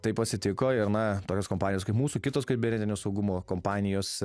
taip atsitiko ir na tokios kompanijos kaip mūsų kitos kibernetinio saugumo kompanijos